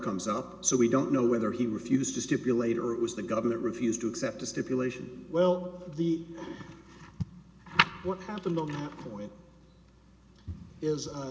comes up so we don't know whether he refused to stipulate or it was the government refused to accept a stipulation well the what happened the way it is